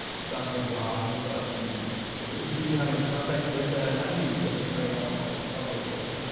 jonathan groff, and such? and did you have any contact with them? how did you train up on on those roles?